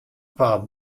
waard